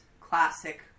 classic